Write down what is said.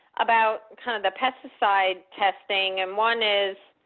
about kind of the pesticide testing and one is,